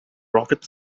rocket